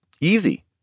easy